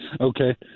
Okay